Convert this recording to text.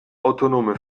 autonome